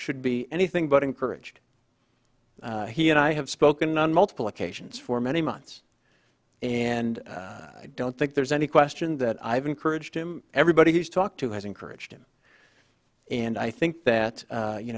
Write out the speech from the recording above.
should be anything but encouraged he and i have spoken on multiple occasions for many months and i don't think there's any question that i've encouraged him everybody he's talked to has encouraged him and i think that